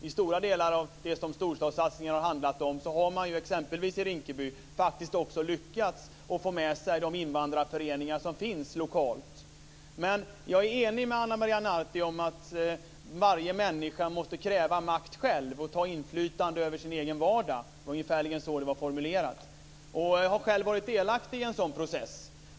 I stora delar av det storstadssatsningen har handlat om har man exempelvis i Rinkeby lyckats att få med sig de invandrarföreningar som finns lokalt. Men jag är enig med Ana Maria Narti om att varje människa måste kräva makt själv och få inflytande över sin egen vardag. Det var ungefärligen så det var formulerat. Jag har själv varit delaktig i en sådan process.